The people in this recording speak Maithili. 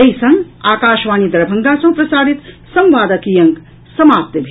एहि संग आकाशवाणी दरभंगा सँ प्रसारित संवादक ई अंक समाप्त भेल